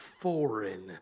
foreign